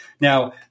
Now